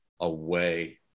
away